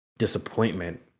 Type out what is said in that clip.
Disappointment